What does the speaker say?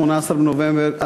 18 בנובמבר 2013,